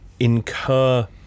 incur